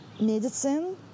medicine